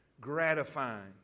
gratifying